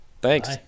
Thanks